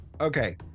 Okay